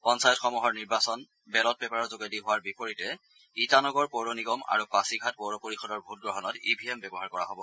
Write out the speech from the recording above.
পঞ্চায়তসমূহৰ নিৰ্বাচন বেলট পেপাৰৰ যোগেদি হোৱাৰ বিপৰীতে ইটানগৰ পৌৰ নিগম আৰু পাছিঘাট পৌৰ পৰিষদৰ ভোটগ্ৰহণত ই ভি এম ব্যৱহাৰ কৰা হ'ব